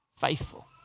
faithful